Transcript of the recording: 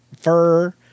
Fur